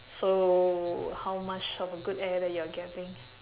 so how much of a good air that you're getting